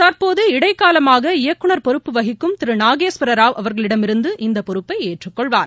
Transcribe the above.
தற்போது இடைக்காலமாக இயக்குநர் பொறுப்பு வகிக்கும் திரு நாகேஸ்வர ராவ் அவர்களிடமிருந்து இந்த பொறுப்பை ஏற்றுக்கொள்வார்